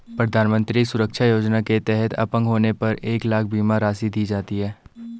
प्रधानमंत्री सुरक्षा योजना के तहत अपंग होने पर एक लाख बीमा राशि दी जाती है